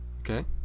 Okay